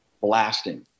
blasting